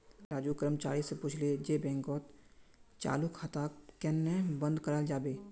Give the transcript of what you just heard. राजू कर्मचारी स पूछले जे बैंकत चालू खाताक केन न बंद कराल जाबे